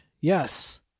Yes